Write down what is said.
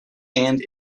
and